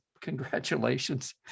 congratulations